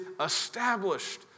established